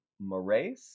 Marais